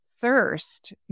thirst